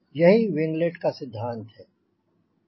यही विंगलेट का सिद्धांत है